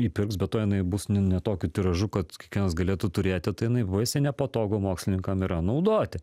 įpirks be to jinai bus ne ne tokiu tiražu kad kiekvienas galėtų turėti tai jinai baisiai nepatogu mokslininkam yra naudoti